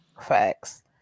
Facts